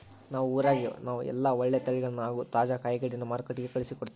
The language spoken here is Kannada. ನಮ್ಮ ಊರಗ ನಾವು ಎಲ್ಲ ಒಳ್ಳೆ ತಳಿಗಳನ್ನ ಹಾಗೂ ತಾಜಾ ಕಾಯಿಗಡ್ಡೆನ ಮಾರುಕಟ್ಟಿಗೆ ಕಳುಹಿಸಿಕೊಡ್ತಿವಿ